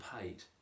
paid